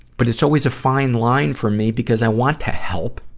but it's always a fine line for me, because i want to help,